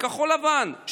לכחול לבן,